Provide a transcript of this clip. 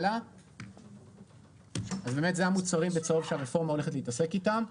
אלה המוצרים שהרפורמה הולכת להתעסק איתם.